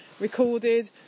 recorded